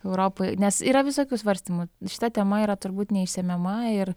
europoj nes yra visokių svarstymų šita tema yra turbūt neišsemiama ir